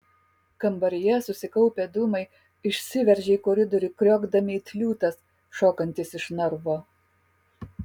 kambaryje susikaupę dūmai išsiveržė į koridorių kriokdami it liūtas šokantis iš narvo